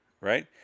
right